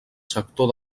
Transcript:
sector